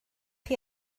chi